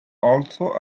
also